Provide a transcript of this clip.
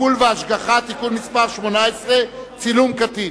(טיפול והשגחה) (תיקון מס' 18) (צילום קטין),